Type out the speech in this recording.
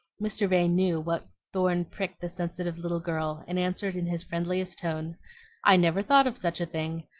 mr. vane knew what thorn pricked the sensitive little girl, and answered in his friendliest tone i never thought of such a thing.